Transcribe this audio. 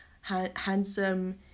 handsome